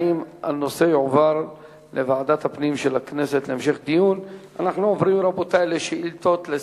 הנושא לוועדת הפנים והגנת הסביבה נתקבלה.